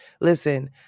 listen